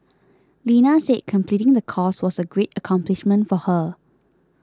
Lena said completing the course was a great accomplishment for her